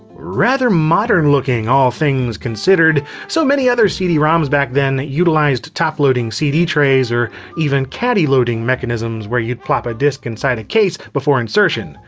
rather modern looking, all things considered. so many other cd-roms back then utilized top-loading cd trays, or even caddy-loading mechanisms where you'd plop a disc inside a case before insertion.